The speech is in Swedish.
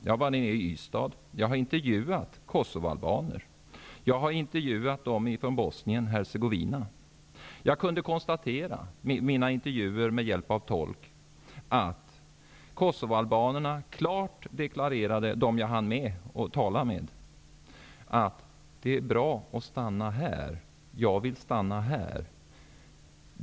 Jag har varit i Ystad och intervjuat kosovoalbaner och sådana som kommer från Bosnien-Hercegovina. Jag kunde konstatera i mina intervjuer, med hjälp av tolk, att kosovoalbanerna klart deklarerade -- dem jag hann tala med -- att det är bra att stanna här, de vill stanna här.